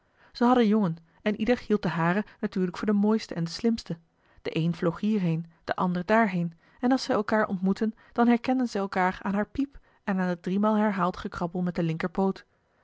zij hadden jongen en ieder hield de hare natuurlijk voor de mooiste en de slimste de een vloog hierheen de ander daarheen en als zij elkaar ontmoetten dan herkenden zij elkaar aan haar piep en aan het driemaal herhaald gekrabbel met den